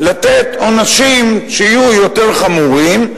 לתת עונשים שיהיו יותר חמורים,